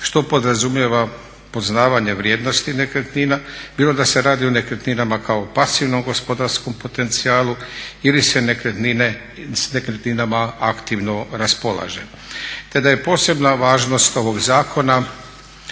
što podrazumijeva poznavanje vrijednosti nekretnina bilo da se radi o nekretninama kao pasivnom gospodarskom potencijalu ili se nekretnine, s nekretninama aktivno raspolaže, te da je posebna važnost ovog zakona